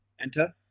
Enter